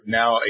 now